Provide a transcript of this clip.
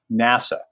NASA